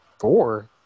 Four